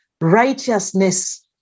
righteousness